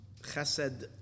Chesed